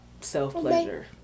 self-pleasure